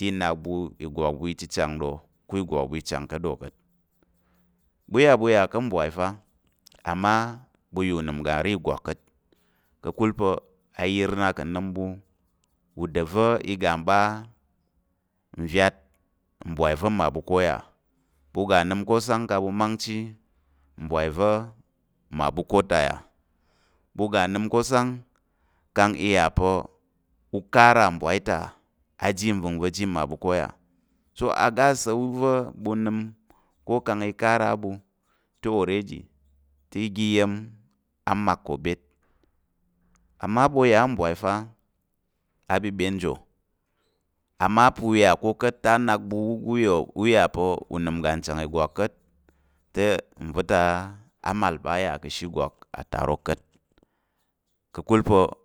Te i nak ɓu ìgwak ɓu ichang ɗo ko ìgwak ɓu ichang ka̱t ɗo ka̱t, ɓu iya ɓu yà ká̱ mbwai fa, amma ɓu yà unəm uga nra ìgwak ka̱t ka̱kul pa̱ ayər na ka̱ nəm ɓu, uda va̱ i ga ɓa i nvyat mbwai va̱ mmaɓu ko yà? Ɓu nəm ko sang kang mangchi mbwai va̱ mma ko ta yà? Ɓu ga nnəm ko sang kang i yà pa̱ ɓu ga nnəm ko sang kang ɓu kara mbwai ta̱ aji nva̱ngva̱ ji mmaɓu ko ta yà, so oga asa̱l- wu va̱ ɓu nəm ko kang i kara á ɓu te already oga iya̱m a mak ko byet, amma ɓu ya ká̱ mbwai fa, abyebyen njiwo amma pa̱ u yà ko ka̱t, te a nak ɓu u ga pa̱ unəm ga nchang ìgwak ka̱t, te nva̱ ta á- amal pa̱ a yà ka̱ ashe ìgwak atarok ka̱t, ka̱kul pa̱